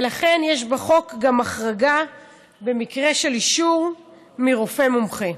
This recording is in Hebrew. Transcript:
ולכן יש בחוק גם החרגה במקרה של אישור מרופא מומחה.